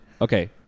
Okay